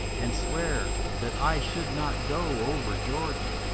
and sware that i should not go over jordan,